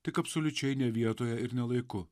tik absoliučiai ne vietoje ir ne laiku